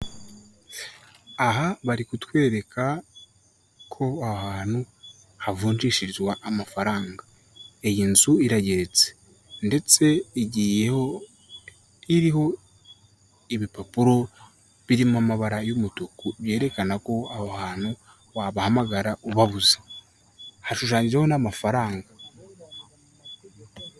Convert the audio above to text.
Aha bari kutwereka ko aha hantu havunjishirizwa amafaranga. Iyi nzu irageretse ndetse igiye iriho ibipapuro birimo amabara y'umutuku byerekana ko aho hantu wabahamagara ubabuze. Hashushanyijeho n'amafaranga.